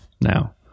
now